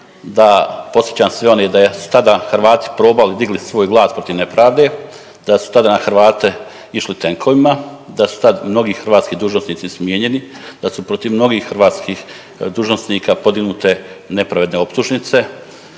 da podsjećam sve one da jesu tada Hrvati probali digli svoj glas protiv nepravde, da su tada na Hrvate išli tenkovima, da su tada mnogi hrvatski dužnosnici smijenjeni, da su protiv mnogih hrvatskih dužnosnika podignute nepravedne optužnice,